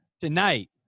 tonight